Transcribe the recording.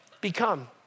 become